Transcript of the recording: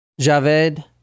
Javed